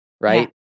right